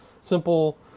simple